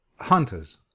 Hunters